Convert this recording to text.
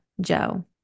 Joe